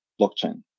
blockchain